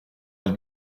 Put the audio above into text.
elle